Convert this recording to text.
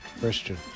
Christian